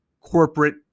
corporate